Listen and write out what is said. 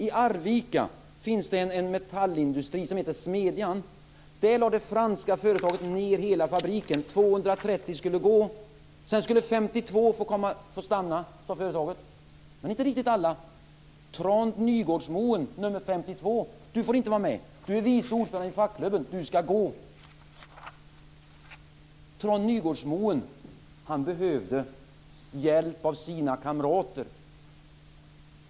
I Arvika finns det en metallindustri som heter Smedjan. Det franska företaget lade ned hela fabriken. 230 skulle gå. 52 skulle få stanna sade företagsledningen, men inte riktigt alla. Till Trond Nygårdsmoen, nr 52, sade man: Du får inte vara med. Du är vice ordförande i fackklubben. Du ska gå! Trond Nygårdsmoen behövde hjälp av sina kamrater.